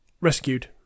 rescued